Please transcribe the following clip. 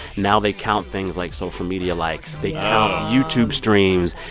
now they count things like social media likes. they count youtube streams.